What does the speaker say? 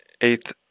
eighth